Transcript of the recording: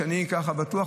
שבה אני ככה בטוח,